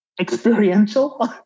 experiential